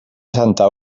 santa